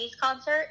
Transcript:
concert